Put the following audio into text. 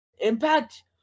Impact